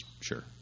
sure